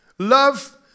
Love